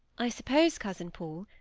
i suppose, cousin paul,